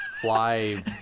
Fly